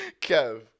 Kev